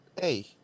Hey